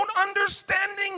understanding